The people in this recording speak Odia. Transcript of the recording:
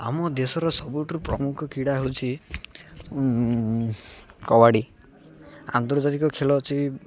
ଆମ ଦେଶର ସବୁଠୁ ପ୍ରମୁଖ କ୍ରୀଡ଼ା ହେଉଛି କବାଡ଼ି ଆନ୍ତର୍ଜାତିକ ଖେଳ ଅଛି